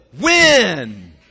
win